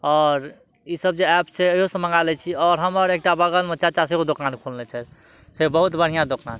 आओर ई सब जे एप छै इहो सऽ मंगा लै छी आओर हमर एकटा बगलमे चाचा से दोकान खोलने छथि से बहुत बढ़िऑं दोकान छै